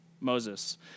Moses